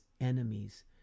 enemies